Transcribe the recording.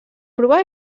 provar